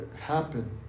happen